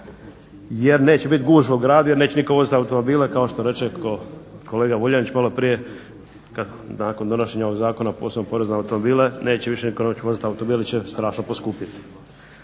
jer neće biti gužva u gradu jer neće nitko vozit automobile kao što reče kolega Vuljanić maloprije kad nakon donošenja ovog zakona posebnog poreza na automobile neće više nitko vozit automobil jer će strašno poskupjeti